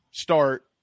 Start